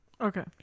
Okay